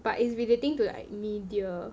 but it's relating to like media